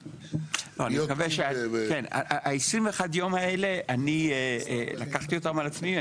21 היום האלה לקחתי אותם על עצמי,